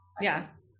Yes